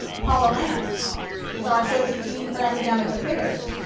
paula lantz is our associate dean for academic affairs.